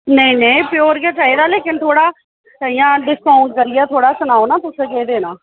नेईं नेईं प्योर गै चाहिदा लेकिन थोड़ा इ'यां डिस्काउंट करियै थोह्ड़ा सनाओ न तुसें कि'यां देना